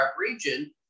region